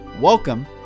Welcome